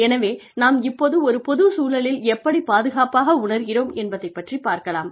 எனவே நாம் இப்போது ஒரு பொது சூழலில் எப்படிப் பாதுகாப்பாக உணர்கிறோம் என்பதைப் பற்றி பார்க்கலாம்